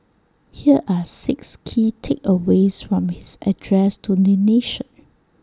here are six key takeaways from his address to the nation